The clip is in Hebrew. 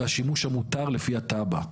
והשימוש המותר לפי התב"ע.